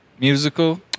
musical